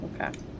Okay